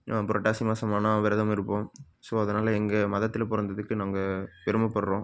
நான் புரட்டாசி மாதம் ஆனால் விரதம் இருப்போம் ஸோ அதனால் எங்கள் மதத்தில் பிறந்ததுக்கு நாங்கள் பெருமைப்பட்றோம்